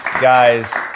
Guys